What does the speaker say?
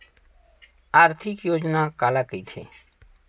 आर्थिक योजना काला कइथे?